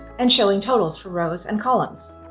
and showing totals for rows and columns.